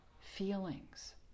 feelings